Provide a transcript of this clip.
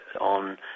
on